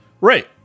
right